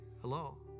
Hello